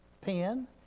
pen